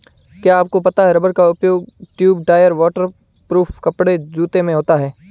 क्या आपको पता है रबर का उपयोग ट्यूब, टायर, वाटर प्रूफ कपड़े, जूते में होता है?